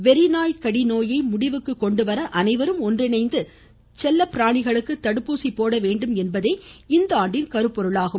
வெறிநாய்க்கடி நோயை முடிவுக்கு கொண்டு வர அனைவரும் ஒன்றிணைந்து செல்ல பிராணிகளுக்கு தடுப்பூசி போட வேண்டும் என்பதே இந்தாண்டின் கருப்பொருளாகும்